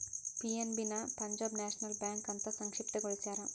PNB ನ Punjab National Bank ಅಂತ ಸಂಕ್ಷಿಪ್ತ ಗೊಳಸ್ಯಾರ